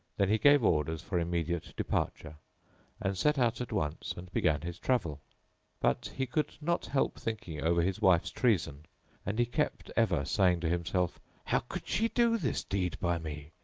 then he gave orders for immediate departure and set out at once and began his travel but he could not help thinking over his wife's treason and he kept ever saying to himself, how could she do this deed by me?